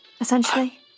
essentially